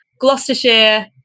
Gloucestershire